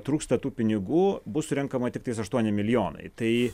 trūksta tų pinigų bus surenkama tiktais aštuoni milijonai tai